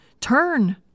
Turn